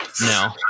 No